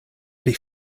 pli